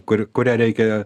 kur kurią reikia